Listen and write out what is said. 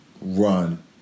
run